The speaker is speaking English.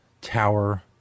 Tower